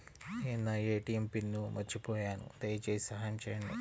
నేను నా ATM PIN మర్చిపోయాను దయచేసి సహాయం చేయండి